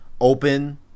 open